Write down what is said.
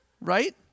right